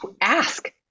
ask